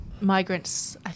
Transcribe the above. migrants